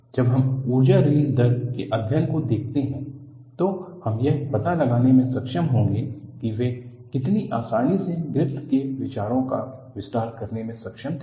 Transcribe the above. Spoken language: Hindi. जब हम ऊर्जा रिलीज दर के अध्याय को देखते हैं तो हम यह पता लगाने में सक्षम होंगे कि वे कितनी आसानी से ग्रिफ़िथ के विचारों का विस्तार करने में सक्षम थे